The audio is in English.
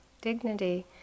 dignity